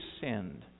sinned